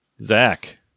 Zach